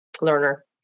learner